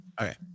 Okay